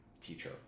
teacher